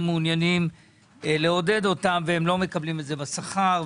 מעוניינים לעודד אותם - וזה לא בא לידי ביטוי בשכר.